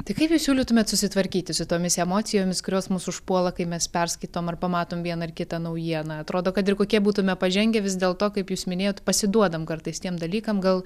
tai kaip jūs siūlytumėt susitvarkyti su tomis emocijomis kurios mus užpuola kai mes perskaitom ar pamatom vieną ar kitą naujieną atrodo kad ir kokie būtume pažengę vis dėlto kaip jūs minėjot pasiduodam kartais tiem dalykam gal